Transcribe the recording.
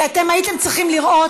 כי הייתם צריכים לראות